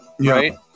right